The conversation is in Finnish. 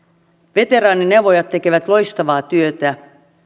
veteraanineuvojat tekevät loistavaa työtä